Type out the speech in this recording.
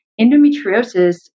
endometriosis